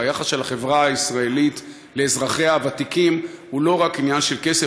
היחס של החברה הישראלית לאזרחיה הוותיקים הוא לא רק עניין של כסף,